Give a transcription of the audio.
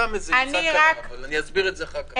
זאת סתם עצה קטנה, אבל אני אסביר את זה אחר כך.